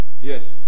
Yes